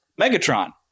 Megatron